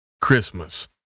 Christmas